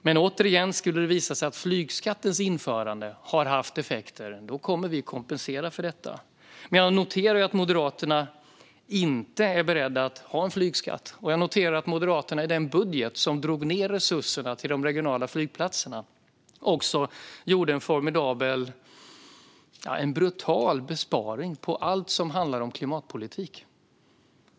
Men återigen: Om det skulle visa sig att flygskattens införande har haft effekter kommer vi att kompensera för det. Jag noterar att Moderaterna inte är beredda att acceptera en flygskatt. Jag noterar också att Moderaterna i den budget som drog ned resurserna till de regionala flygplatserna även gjorde en brutal besparing på allt som handlar om klimatpolitik.